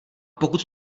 pokud